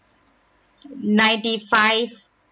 ninety five